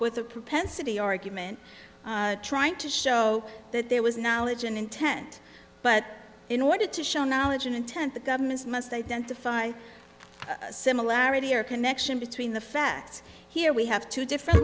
with a propensity argument trying to show that there was knowledge and intent but in order to show now age and intent the government's must identify similarity or connection between the facts here we have two different